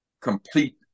complete